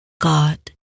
God